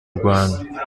rwanda